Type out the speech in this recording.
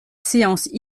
séance